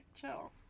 chill